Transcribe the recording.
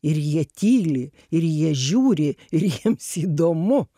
ir jie tyli ir jie žiūri ir jiems įdomu